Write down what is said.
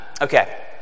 Okay